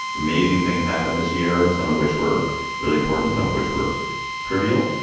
amazing things happen this year, some of which were really important, some of which were trivial.